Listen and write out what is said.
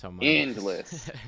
endless